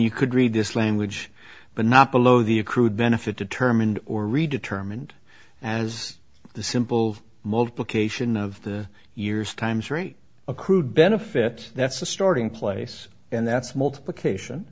you could read this language but not below the accrued benefit determined or redetermined as the simple multiplication of the years times rate accrued benefit that's a starting place and that's multiplication